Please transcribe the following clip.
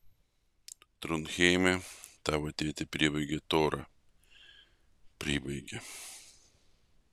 tronheime tavo tėtį pribaigė tora pribaigė